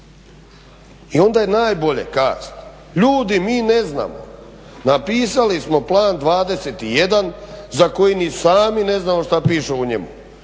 i onda je najbolje kazati ljudi mi ne znamo. Napisali smo Plan 21 za koji ni sami ne znamo šta piše u njemu.